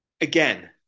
again